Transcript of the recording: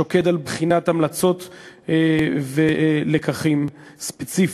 שוקד על בחינת המלצות ולקחים ספציפיים.